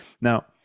Now